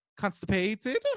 constipated